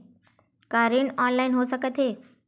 का ऋण ऑनलाइन हो सकत हे?